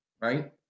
right